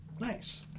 Nice